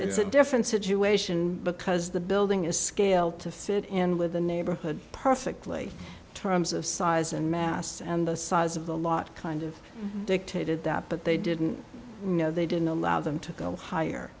it's a different situation because the building is scaled to fit in with the neighborhood perfectly terms of size and mass and the size of the lot kind of dictated that but they didn't you know they didn't allow them to go higher